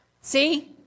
See